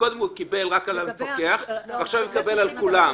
קודם הוא קיבל רק על המפקח ועכשיו הוא יקבל על כולם.